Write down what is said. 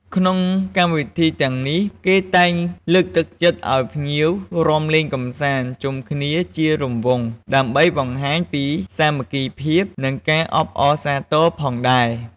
ក្នុងកម្មវិធីទាំងនេះ គេតែងលើកទឹកចិត្តឱ្យភ្ញៀវរាំលេងកំសាន្តជុំគ្នាជារង្វង់ ដើម្បីបង្ហាញពីសាមគ្គីភាព និងការអបអរសាទរផងដែរ។